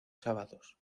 sábados